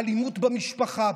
אלימות במשפחה,